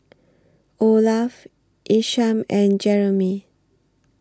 Olaf Isham and Jerimy